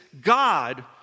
God